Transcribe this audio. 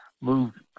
moved